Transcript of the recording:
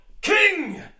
King